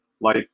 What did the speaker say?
life